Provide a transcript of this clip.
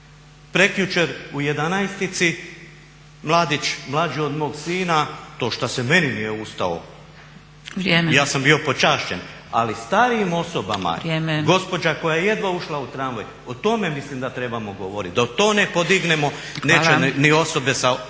Prekjučer u jedanaestici mladić, mlađi od mog sina, to što se meni nije ustao, ja sam bio počašćen, ali starijim osobama, gospođa koja je jedva ušla u tramvaj, o tome mislim da trebamo govoriti. Dok to ne podignemo neće ni osobe s